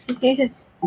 Jesus